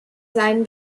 seinen